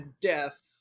death